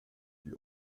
die